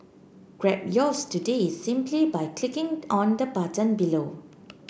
grab yours today simply by clicking on the button below